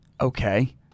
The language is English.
Okay